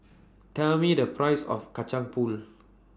Tell Me The Price of Kacang Pool